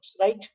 right